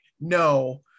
no